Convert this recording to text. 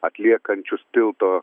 atliekančius tilto